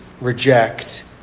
reject